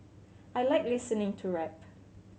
I like listening to rap